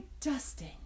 dusting